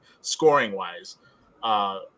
scoring-wise –